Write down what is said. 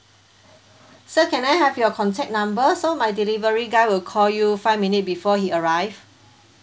sir can I have your contact number so my delivery guy will call you five minute before he arrive